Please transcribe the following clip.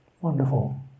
wonderful